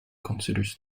considers